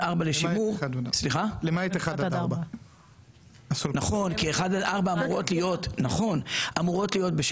למעט 1-4. נכון, כי 1-4 אמורות להיות בשימור.